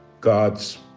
God's